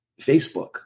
Facebook